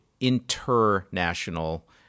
international